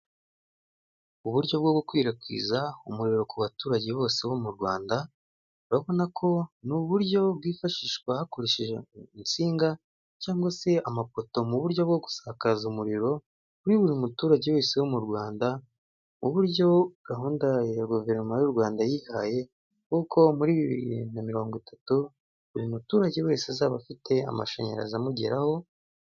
Uburyo bwo gukwirakwiza umuriro ku baturage bose bo mu rwanda urabona ko n uburyo bwifashishwa hakoreshejwe insinga cyangwa se amapoto mu buryo bwo gusakaza umuriro kuri buri muturage wese wo mu rwanda uburyo gahunda ya guverinoma y'u Rwanda yihaye kuko muri bibiri na mirongo itatu buri muturage wese azaba afite amashanyarazi amugeraho.